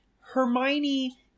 Hermione